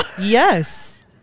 yes